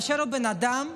באשר הוא בן אדם,